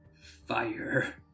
Fire